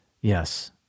Yes